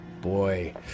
Boy